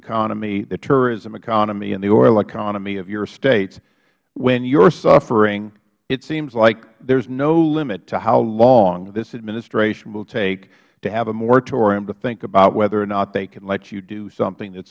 economy the tourism economy and the oil economy of your state when you're suffering it seems like there's no limit to how long this administration will take to have a moratorium to think about whether or not they can let you do something that's